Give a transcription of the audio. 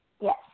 Yes